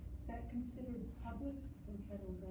that considered public or